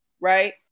right